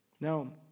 Now